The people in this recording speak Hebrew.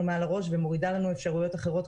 מעל לראש ומורידה לנו אפשרויות אחרות,